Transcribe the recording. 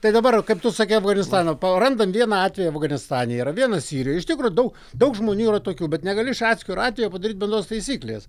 tai dabar kaip tu sakei afganistano parandam vieną tai afganistane yra vienas iš tikrai daug daug žmonių yra tokių bet negali iš atskiro atvejo padaryt bendros taisyklės